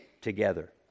together